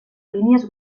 línies